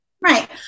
Right